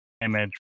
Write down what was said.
damage